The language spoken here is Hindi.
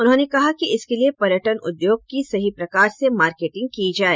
उन्होंने कहा कि इसके लिए पर्यटन उद्योग की सही प्रकार से मार्केटिंग की जाए